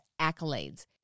accolades